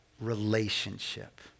relationship